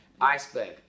Iceberg